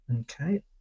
Okay